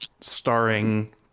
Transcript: starring